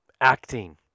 Acting